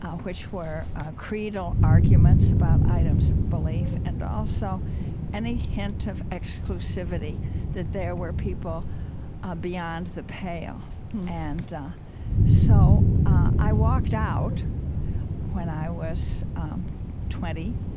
which were creedal arguments about items of belief and also any hint of exclusivity that there were people beyond the pale and so i walked out when i was um twenty,